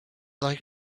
like